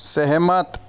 सहमत